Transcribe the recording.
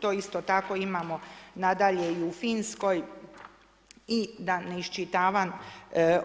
To isto tako imamo nadalje i u Finskoj i da ne iščitavam